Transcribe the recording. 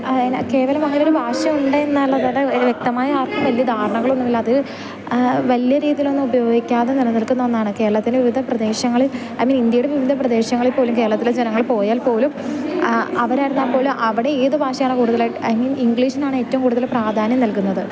കേവലം അങ്ങനെ ഒരു ഭാഷയുണ്ട് എന്നല്ലാതെ വ്യക്തമായ ആർക്കും വലിയ ധാരണകൾ ഒന്നുമില്ല അത് വലിയ രീതിയിലൊന്നും ഉപയോഗിക്കാതെ നിലനിൽക്കുന്ന ഒന്നാണ് കേരളത്തിലെ വിവിധ പ്രദേശങ്ങളിൽ ഐ മീൻ ഇന്ത്യയുടെ വിവിധ പ്രദേശങ്ങളിൽ പോലും കേരളത്തിലെ ജനങ്ങൾ പോയാൽ പോലും അവർ ആയിരുന്നാൽ പോലും അവരായിരുന്നാൽ പോലും അവിടെ ഏത് ഭാഷയാണ് കൂടുതലായി ഐ മീൻ ഇംഗ്ലീഷിനാണ് ഏറ്റവും കൂടുതൽ പ്രാധാന്യം നൽകുന്നത്